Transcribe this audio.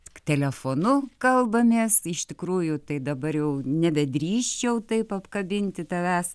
tik telefonu kalbamės iš tikrųjų tai dabar jau nebedrįsčiau taip apkabinti tavęs